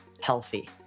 healthy